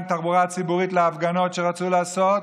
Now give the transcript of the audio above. תחבורה ציבורית להפגנות שרצו לעשות?